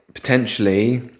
potentially